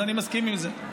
אני מסכים עם זה.